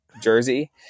Jersey